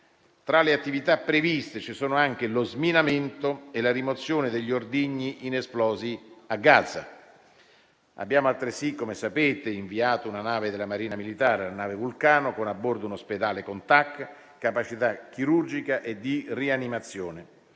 Tra le attività previste ci sono anche lo sminamento e la rimozione degli ordigni inesplosi a Gaza. Abbiamo altresì, come sapete, inviato una nave della Marina militare, la nave Vulcano, con a bordo un ospedale con TAC, capacità chirurgica e di rianimazione.